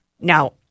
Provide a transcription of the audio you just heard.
Now